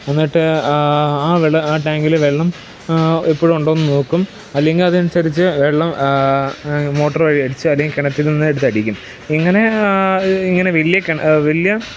എന്നിട്ട് ആ വെള്ളം ടാങ്കിലെ വെള്ളം എപ്പോഴും ഉണ്ടോ എന്ന് നോക്കും അല്ലെങ്കിൽ അതനുസരിച്ച് വെള്ളം മോട്ടറ് വഴി അടിച്ച് അല്ലെങ്കിൽ കിണറ്റിൽ നിന്ന് എടുത്ത് അടിക്കും ഇങ്ങനെ ഇങ്ങനെ വലിയ വലിയ